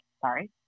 sorry